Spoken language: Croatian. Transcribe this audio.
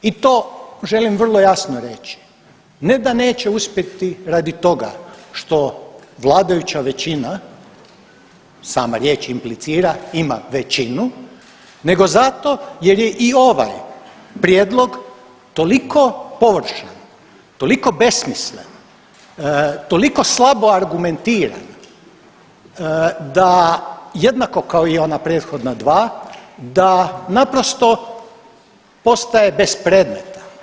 I to želim vrlo jasno reći ne da neće uspjeti radi toga što vladajuća većina, sama riječ implicira ima većinu nego zato jer je i ovaj prijedlog toliko površan, toliko besmislen, toliko slabo argumentiran da jednako kao i ona prethodna dva, da naprosto postaje bespredmetan.